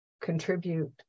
contribute